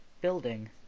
building